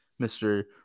Mr